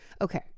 Okay